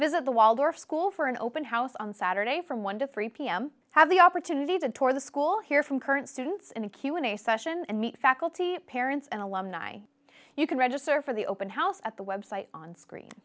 visit the waldorf school for an open house on saturday from one to three pm have the opportunity that tore the school hear from current students in the q and a session and meet faculty parents and alumni you can register for the open house at the website on screen